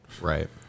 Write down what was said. Right